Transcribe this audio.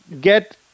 get